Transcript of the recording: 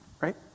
Right